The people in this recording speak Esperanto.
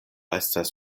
estas